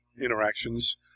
interactions